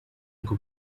ngo